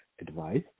advice